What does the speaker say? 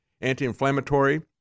anti-inflammatory